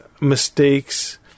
mistakes